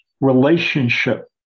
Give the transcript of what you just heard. relationship